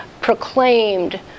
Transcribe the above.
proclaimed